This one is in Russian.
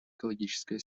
экологическая